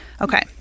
Okay